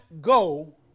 go